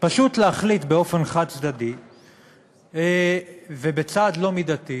פשוט להחליט באופן חד-צדדי ובצעד לא מידתי